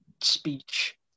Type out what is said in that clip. speech